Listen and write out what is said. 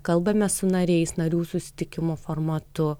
kalbame su nariais narių susitikimo formatu